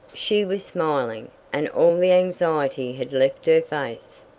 she was smiling, and all the anxiety had left her face.